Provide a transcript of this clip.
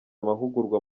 amahugurwa